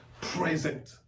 present